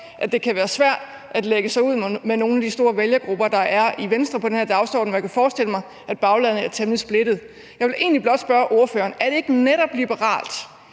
at det kan være svært at lægge sig ud med nogle af de store vælgergrupper, der er i Venstre i forhold til den her dagsorden, hvor jeg kunne forestille mig, at baglandet er temmelig splittet. Jeg vil egentlig blot spørge ordføreren: Er det ikke netop liberalt